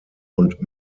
und